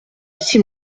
six